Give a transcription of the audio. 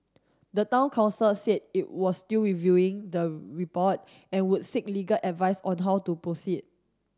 the Town Council said it was still reviewing the report and would seek legal advice on how to proceed